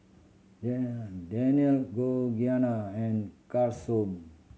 Dan Dannielle Georgianna and Carson